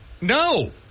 No